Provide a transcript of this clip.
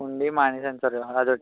ఉండి మానేసాను సార్ ఆ రోజు